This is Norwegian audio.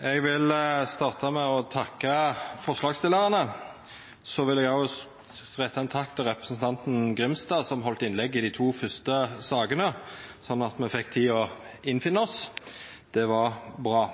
Eg vil starta med å takka forslagsstillarane. Så vil eg også retta ein takk til representanten Grimstad, som heldt innlegg i dei to fyrste sakene slik at me fekk tid til å innfinna oss. Det var bra.